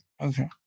Okay